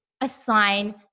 assign